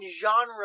genre